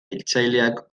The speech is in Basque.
hiltzaileak